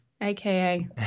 AKA